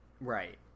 right